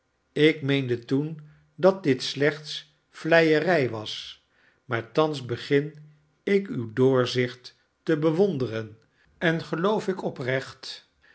ik meende toen dat dit slechts vleierij was maar thans begin ik uw doorzicht te bewonderen en geloof ik oprecht